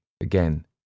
Again